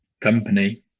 company